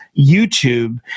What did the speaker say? YouTube